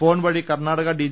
ഫോൺവഴി Karnataka D